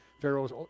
Pharaoh's